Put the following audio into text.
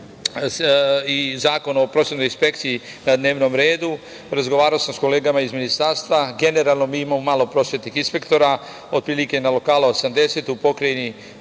i Zakon o prosvetnoj inspekciji, na dnevnom redu. Razgovarao sam sa kolegama, iz Ministarstva, generalno mi imamo malo prosvetnih inspektora, otprilike na lokalu 80, u pokrajini